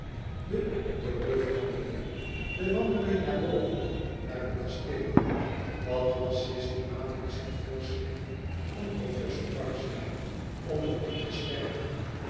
de terugwandeling de wandeling naar boven naar het kasteel dat was systematisch het voorschrift van professor barzia om het kind te sterken